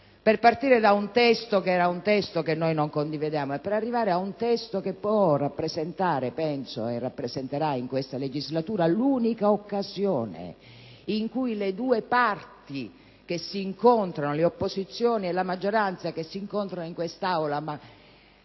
per partire da un testo che noi non condividevamo e arrivare ad un testo che può rappresentare, e penso rappresenterà, in questa legislatura, l'unica occasione in cui le due parti, le opposizioni e la maggioranza, che si incontrano in quest'Aula,